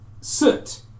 Soot